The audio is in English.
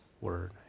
word